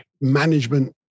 management